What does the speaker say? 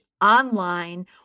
online